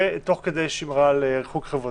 ותוך כדי שמירה על ריחוק חברתי?